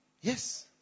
yes